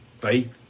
Faith